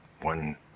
One